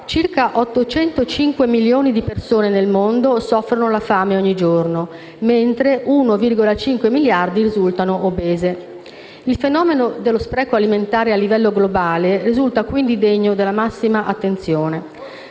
circa 805 milioni di persone nel mondo soffrono la fame ogni giorno, mentre 1,5 miliardi risultano obese. Il fenomeno dello spreco alimentare, a livello globale, risulta quindi degno della massima attenzione.